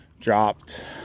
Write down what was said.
dropped